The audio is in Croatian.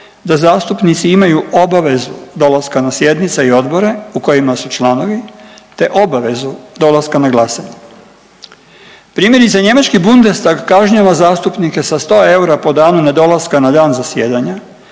da zastupnici imaju obavezu dolaska na sjednice i odbore u kojima su članovi te obavezu dolaska na glasanje. Primjerice njemački Bundestag kažnjava zastupnike sa 100 eura po danu nedolaska na dan zajedanja,